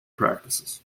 practices